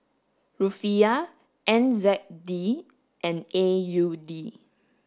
Rufiyaa N Z D and A U D